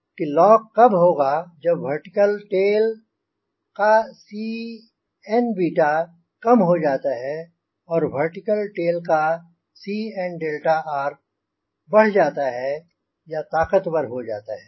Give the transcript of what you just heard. कि लॉक कब होगा जब वर्टिकल टेल का Cn कम हो जाता है और वर्टिकल टेल का Cnrबढ़ जाता है या ताकतवर हो जाता है